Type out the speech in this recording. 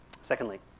Secondly